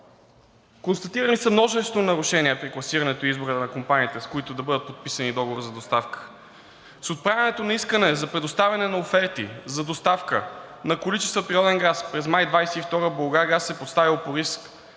Констатирани са множество нарушения при класирането и избора на компаниите, с които да бъдат подписани договори за доставка. С отправянето на искане за предоставяне на оферти за доставка на количества природен газ през май 2022 г. „Булгаргаз“ е поставил под риск